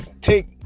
take